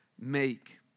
make